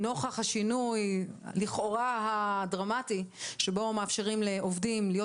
נוכח השינוי לכאורה הדרמטי שבו מאפשרים לעובדים להיות